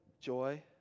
joy